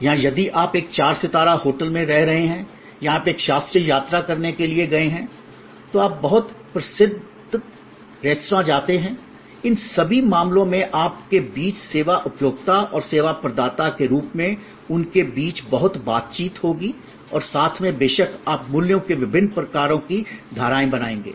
या यदि आप एक चार सितारा होटल में रह रहे हैं या आप एक शास्त्रीय यात्रा करने के लिए गए हैं तो आप बहुत प्रसिद्ध रेस्तरां जाते हैं इन सभी मामलों में आपके बीच सेवा उपभोक्ता और सेवा प्रदाता के रूप में उनके बीच बहुत बातचीत होगी और साथ में बेशक आप मूल्यों की विभिन्न प्रकार की धाराएँ बनाएंगे